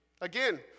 Again